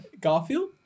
Garfield